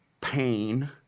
pain